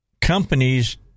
companies